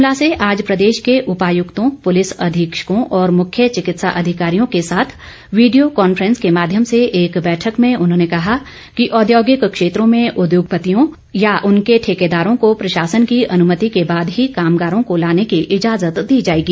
शिमला से आज प्रदेश के उपायुक्तों पुलिस अधीक्षकों और मुख्य चिकित्सा अधिकारियों के साथ वीडियो कांफ्रेंस के माध्यम से एक बैठक में उन्होंने कहा कि औद्योगिक क्षेत्रों में उद्योगपतियों या उनके ठेकेदारों को प्रशासन की अनुमति के बाद ही कामगारों को लाने की ईजाजत दी जाएगी